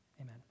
amen